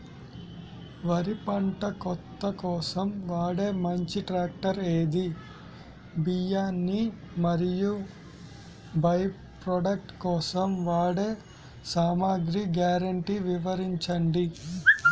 వరి పంట కోత కోసం వాడే మంచి ట్రాక్టర్ ఏది? బియ్యాన్ని మరియు బై ప్రొడక్ట్ కోసం వాడే సామాగ్రి గ్యారంటీ వివరించండి?